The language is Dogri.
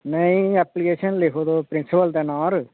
नेईं ऐप्लीकेशन लिखो तुस प्रिंसिपल दे नांऽ उप्पर